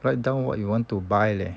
write down what you want to buy leh